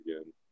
again